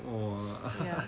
!wah!